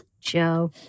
Joe